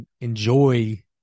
enjoy